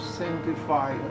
sanctify